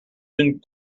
une